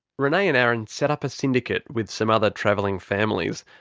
renay and aaron set up a syndicate with some other travelling families,